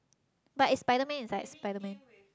but it's Spiderman inside Spiderman